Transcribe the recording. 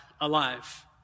alive